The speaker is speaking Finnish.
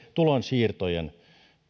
tulonsiirtojen